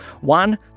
One